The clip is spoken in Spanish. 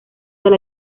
del